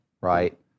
right